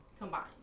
combined